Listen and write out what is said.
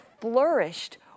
flourished